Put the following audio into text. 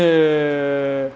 the